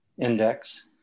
Index